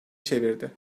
çevirdi